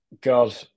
God